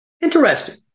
Interesting